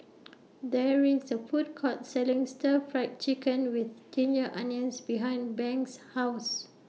There IS A Food Court Selling Stir Fried Chicken with Ginger Onions behind Banks' House